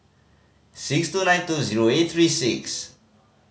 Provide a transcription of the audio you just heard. six two nine two zero eight three six